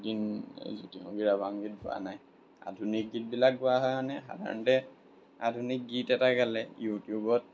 দিন জ্যোতি সংগীত ৰাভা সংগীত গোৱা নাই আধুনিক গীতবিলাক গোৱা হয় মানে সাধাৰণতে আধুনিক গীত এটা গালে ইউটিউবত